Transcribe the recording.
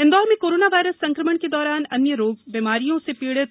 निजी क्लिनिक इंदौर में corona virus संक्रमण के दौरान अन्य बीमारियों से पीड़ित